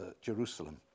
Jerusalem